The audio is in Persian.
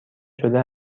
شده